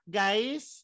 guys